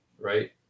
right